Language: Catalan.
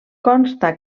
consta